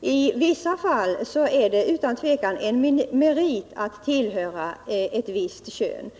i vissa fall är det utan tvivel en merit att tillhöra ett visst kön.